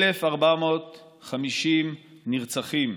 1,450 נרצחים.